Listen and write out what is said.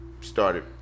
started